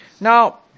Now